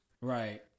Right